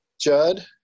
Judd